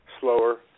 slower